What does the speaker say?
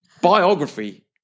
biography